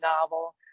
novel